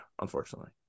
Unfortunately